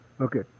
Okay